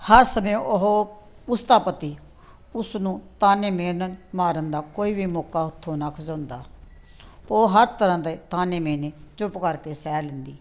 ਹਰ ਸਮੇਂ ਉਹ ਉਸਦਾ ਪਤੀ ਉਸਨੂੰ ਤਾਨੇ ਮਹਿਨੇ ਮਾਰਨ ਦਾ ਕੋਈ ਵੀ ਮੌਕਾ ਹੱਥੋਂ ਨਾ ਖੁਸਾਓਂਦਾ ਉਹ ਹਰ ਤਰ੍ਹਾਂ ਦੇ ਤਾਨੇ ਮਹਿਨੇ ਚੁੱਪ ਕਰਕੇ ਸਹਿ ਲੈਂਦੀ